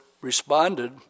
responded